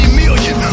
million